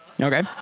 okay